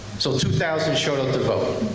so two thousand showed up to vote.